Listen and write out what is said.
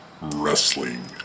Wrestling